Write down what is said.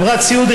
חברת סיעוד,